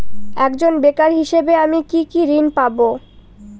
একজন বেকার হিসেবে আমি কি কি ঋণ পাব?